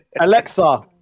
Alexa